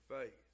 faith